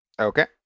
Okay